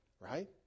Right